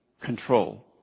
control